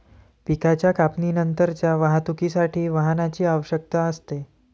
पिकाच्या कापणीनंतरच्या वाहतुकीसाठी वाहनाची आवश्यकता असते